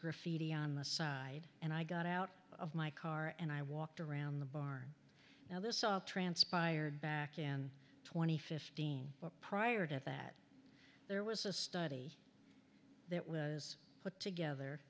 graffiti on the side and i got out of my car and i walked around the bar now this all transpired back in twenty fifteen but prior to that there was a study that was put together